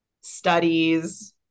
studies